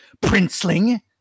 princeling